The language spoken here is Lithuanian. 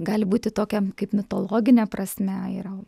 gali būti tokia kaip mitologine prasme yra